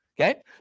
Okay